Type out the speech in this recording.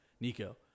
Nico